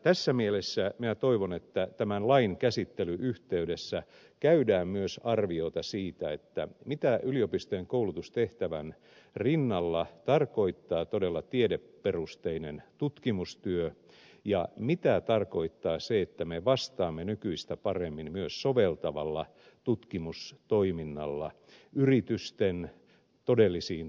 tässä mielessä minä toivon että tämän lain käsittelyn yhteydessä käydään myös arviota siitä mitä yliopistojen koulutustehtävän rinnalla tarkoittaa todella tiedeperusteinen tutkimustyö ja mitä tarkoittaa se että me vastaamme nykyistä paremmin myös soveltavalla tutkimustoiminnalla yritysten todellisiin tarpeisiin